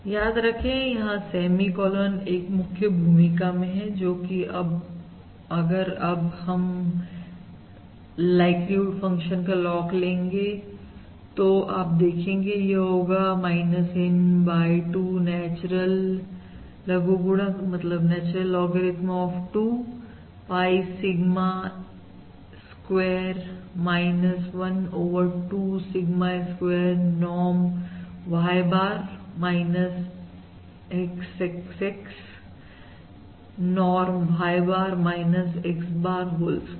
याद रखें यहां सेमी कोलन एक मुख्य भूमिका में है जोकि अगर अब हम लाइक फंक्शन का लॉग लेंगे तो आप देखेंगे यह होगा N बाय 2 नेचुरल लघुगणक of 2 pi sigma a square 1 over 2 sigma square norm Y bar XXX norm Y bar X bar whole square